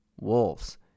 Wolves